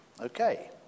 Okay